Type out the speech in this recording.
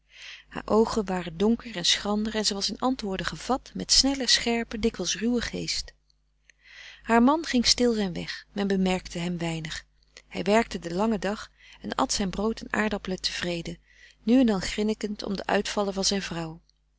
haar oogen waren donker en schrander en ze was in antwoorden gevat met snellen scherpen dikwijls ruwen geest haar man ging stil zijn weg men bemerkte hem weinig hij werkte den langen dag en at zijn brood en aardappelen tevreden nu en dan grinnikend om de uitvallen van zijn vrouw